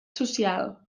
social